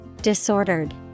Disordered